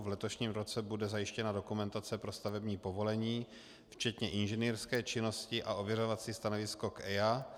V letošním roce bude zajištěna dokumentace pro stavební povolení včetně inženýrské činnosti a ověřovací stanovisko k EIA.